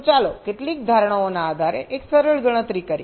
તો ચાલો કેટલીક ધારણાઓના આધારે એક સરળ ગણતરી કરીએ